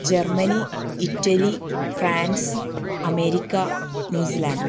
Germany Italy France America New Zealand